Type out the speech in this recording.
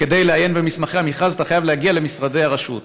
וכדי לעיין במסמכי המכרז אתה חייב להגיע למשרדי הרשות.